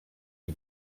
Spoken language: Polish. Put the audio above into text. jak